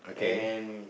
and